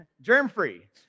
Germ-free